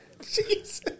Jesus